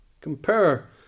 Compare